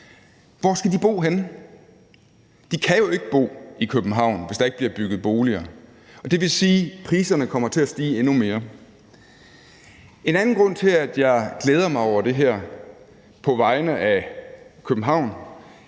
Hvor skal de bo henne? De kan jo ikke bo i København, hvis der ikke bliver bygget boliger. Det vil sige, at priserne kommer til at stige endnu mere. En anden grund til, at jeg glæder mig over det her på vegne af København,